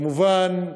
כמובן,